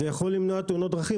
זה יכול למנוע תאונות דרכים.